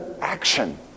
action